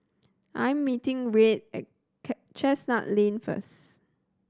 I'm meeting Reid at Chestnut Lane first